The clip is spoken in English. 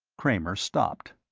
kramer stopped.